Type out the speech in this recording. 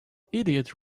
idiot